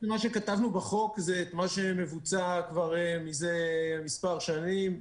מה שכתבנו בחוק, זה מה שמבוצע כבר מזה מספר שנים.